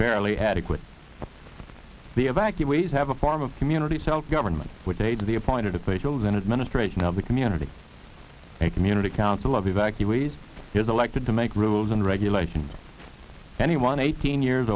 barely adequate the evacuees have a form of community self government with the aid of the appointed officials an administration now the community a community council of evacuees here's elected to make rules and regulations anyone eighteen years